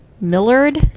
Millard